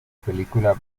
película